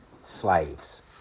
slaves